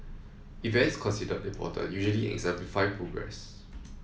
events considered important usually exemplify progress